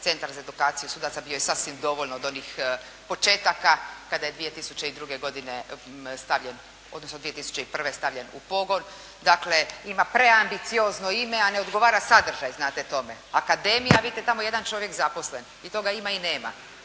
Centar za edukaciju sudaca bio je sasvim dovoljno od onih početaka kada je 2002. godine stavljen, odnosno 2001. stavljen u pogon. Dakle, ima preambiciozno ime, a ne odgovara sadržaj znate tome. Akademija, a vidite tamo jedan čovjek zaposlen. I to ga ima i nema.